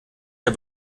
der